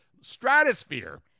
stratosphere